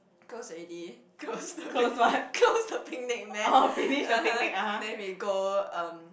close already close the close the picnic mat (uh huh) then we go um